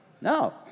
No